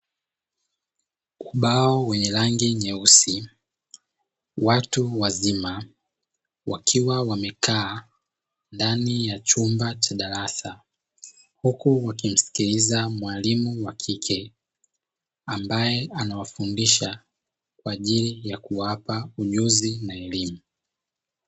Ubao wenye rangi nyeusi. Watu wazima wakiwa wamekaa ndani ya chumba cha darasa, huku wakimsikiliza mwalimu wa kike ambaye anawafundisha kwa ajili ya kuwapa ujuzi na elimu.